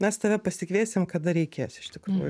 mes tave pasikviesim kada reikės iš tikrųjų